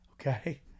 Okay